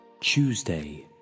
Tuesday